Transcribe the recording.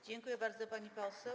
Dziękuję bardzo, pani poseł.